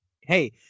Hey